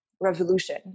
revolution